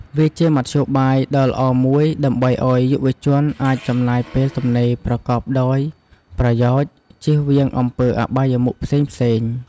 វាជាមធ្យោបាយដ៏ល្អមួយដើម្បីឱ្យយុវជនអាចចំណាយពេលទំនេរប្រកបដោយប្រយោជន៍ ជៀសវាងអំពើអបាយមុខផ្សេងៗ។